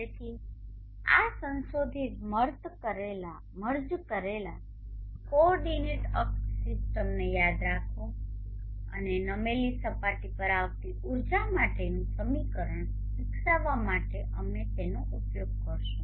તેથી આ સંશોધિત મર્જ કરેલા કોઓર્ડિનેંટ અક્ષ સિસ્ટમને યાદ રાખો અને નમેલી સપાટી પર આવતી ઉર્જા માટેનું સમીકરણ વિકસાવવા માટે અમે તેનો ઉપયોગ કરીશું